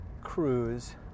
cruise